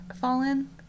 fallen